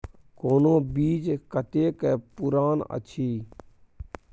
कोनो बीज कतेक पुरान अछि?